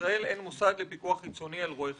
בישראל אין מוסד לפיקוח חיצוני על רואי חשבון...